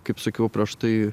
kaip sakiau prieš tai